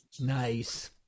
Nice